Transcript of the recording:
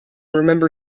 remember